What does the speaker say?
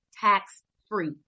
tax-free